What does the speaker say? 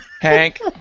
Hank